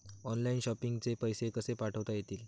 Online shopping चे पैसे कसे पाठवता येतील?